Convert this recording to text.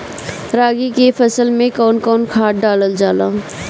रागी के फसल मे कउन कउन खाद डालल जाला?